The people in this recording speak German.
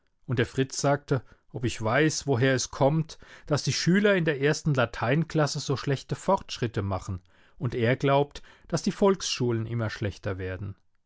und der fritz sagte ob ich weiß woher es kommt daß die schüler in der ersten lateinklasse so schlechte fortschritte machen und er glaubt daß die volksschulen immer schlechter werden